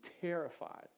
terrified